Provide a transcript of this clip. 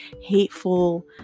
hateful